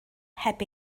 heb